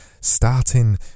Starting